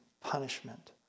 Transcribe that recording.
punishment